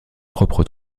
propre